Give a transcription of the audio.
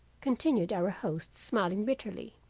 continued our host smiling bitterly,